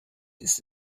ist